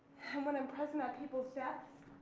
when i'm present at people's deaths,